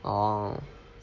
oh